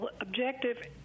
objective